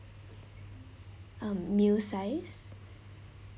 um meal size